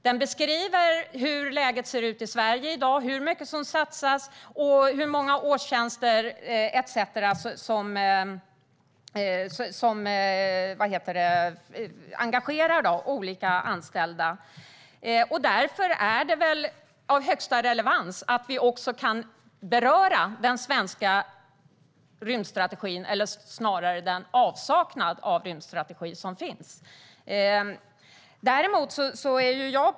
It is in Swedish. Den beskriver hur läget ser ut i Sverige i dag, hur mycket som satsas och hur många årstjänster som engagerar olika anställda. Därför är det av högsta relevans att vi också kan beröra den svenska rymdstrategin - eller snarare avsaknaden av en svensk rymdstrategi.